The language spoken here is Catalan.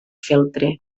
feltre